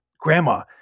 Grandma